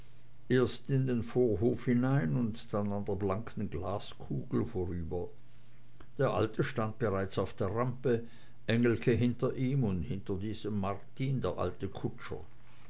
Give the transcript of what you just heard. erst in den vorhof hinein und dann an der blanken glaskugel vorüber der alte stand bereits auf der rampe engelke hinter ihm und hinter diesem martin der alte